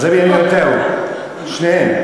שניהם.